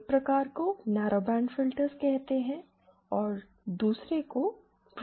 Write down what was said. एक प्रकार को नैरोबैंड फिल्टर्स कहते हैं और दूसरे को ब्रॉडबैंड फिल्टर्स कहते हैं